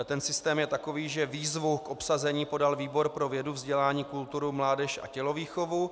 Ten systém je takový, že výzvu k obsazení podal výbor pro vědu, vzdělání, kulturu, mládež a tělovýchovu.